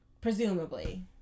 Presumably